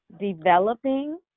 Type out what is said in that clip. Developing